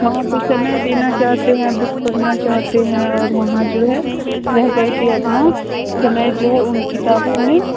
वहाँ पर समय देना चाहते हैं बुक पढ़ना चाहते हैं और वहाँ जो हैं रह कर के अपना समय जो है उन किताबों में